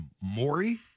maury